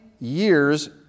years